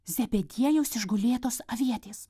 zebediejaus išgulėtos avietės